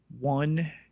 One